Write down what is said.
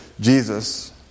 Jesus